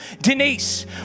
Denise